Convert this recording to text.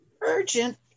Urgent